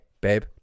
babe